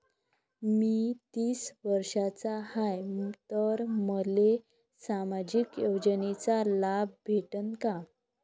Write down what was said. मी तीस वर्षाचा हाय तर मले सामाजिक योजनेचा लाभ भेटन का?